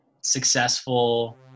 successful